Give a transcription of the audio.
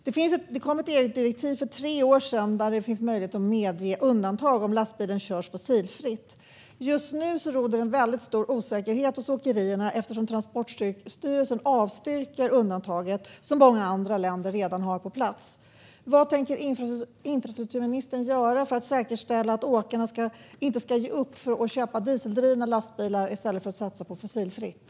Det kom för tre år sedan ett EU-direktiv som innebär att det finns möjlighet att medge undantag om lastbilen körs fossilfritt. Just nu råder väldigt stor osäkerhet hos åkerierna eftersom Transportstyrelsen avstyrker undantaget, som många andra länder redan har fått på plats. Vad tänker infrastrukturministern göra för att säkerställa att åkarna inte ska ge upp och köpa dieseldrivna lastbilar i stället för att satsa på fossilfritt?